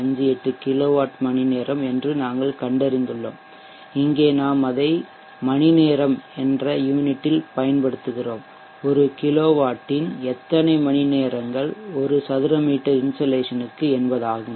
58 kilowatt மணிநேரம் என்று நாங்கள் கண்டறிந்துள்ளோம் இங்கே நாம் அதை மணிநேரம் என்ற யூனிட்ல் பயன்படுத்துகிறோம் ஒரு கிலோவாட்டின் எத்தனை மணிநேரங்கள் ஒரு சதுரமீட்டர் இன்சோலேஷன் க்கு என்பதாகும்